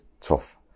tough